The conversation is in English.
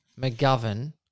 McGovern